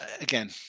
again